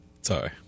Sorry